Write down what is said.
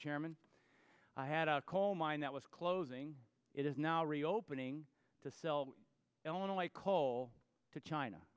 chairman i had a coal mine that was closing it is now reopening to sell only coal to china